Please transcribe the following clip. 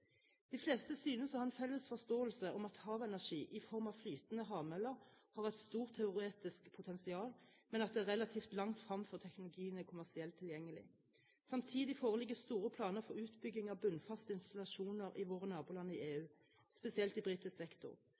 De fleste synes å ha en felles forståelse av at havenergi i form av flytende havmøller har et stort teoretisk potensial, men at det er relativt langt frem før teknologien er kommersielt tilgjengelig. Samtidig foreligger store planer for utbygging av bunnfaste installasjoner i våre naboland i EU, spesielt i britisk sektor.